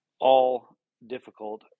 all-difficult